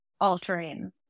altering